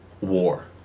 war